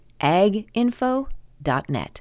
aginfo.net